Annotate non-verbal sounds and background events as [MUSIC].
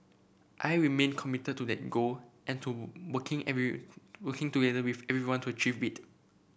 I remain committed to that goal and to working [UNINTELLIGIBLE] working together with everyone to achieve it